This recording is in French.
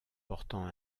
portant